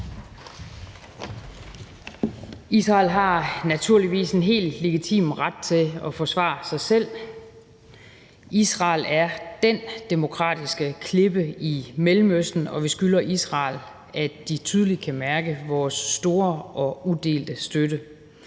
Israel har naturligvis en helt legitim ret til at forsvare sig selv. Israel er den demokratiske klippe i Mellemøsten, og vi skylder Israel, at de tydeligt kan mærke vores store og udelte støtte.